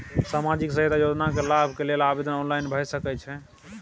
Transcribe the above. सामाजिक सहायता योजना के लाभ के लेल आवेदन ऑनलाइन भ सकै छै?